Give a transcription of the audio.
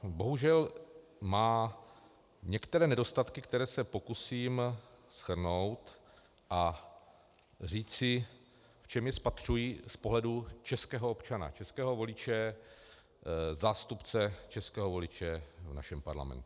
Bohužel má některé nedostatky, které se pokusím shrnout, a říci, co v ní spatřuji z pohledu českého občana, českého voliče, zástupce českého voliče v našem parlamentu.